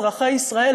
אזרחי ישראל,